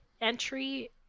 entry